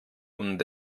und